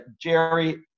Jerry